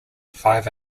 five